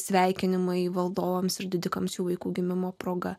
sveikinimai valdovams ir didikams jų vaikų gimimo proga